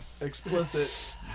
Explicit